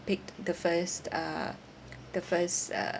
picked the first uh the first uh